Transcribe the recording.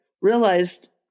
realized